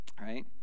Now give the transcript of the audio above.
right